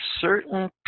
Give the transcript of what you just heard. certain